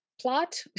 Plot